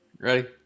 Ready